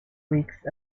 weeks